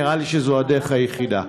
נראה לי שזו הדרך היחידה.